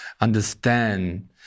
understand